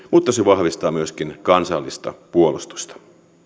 mutta se vahvistaa myöskin kansallista puolustusta